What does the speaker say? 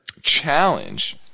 challenge